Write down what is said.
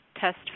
test